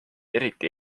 eriti